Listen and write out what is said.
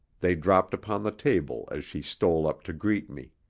they dropped upon the table as she stole up to greet me.